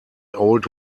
old